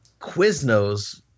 Quiznos